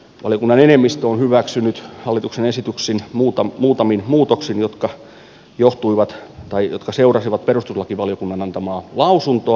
valiokunnan enemmistö on hyväksynyt hallituksen esityksen muutamin muutoksin jotka seurasivat perustuslakivaliokunnan antamaa lausuntoa